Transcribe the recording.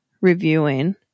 reviewing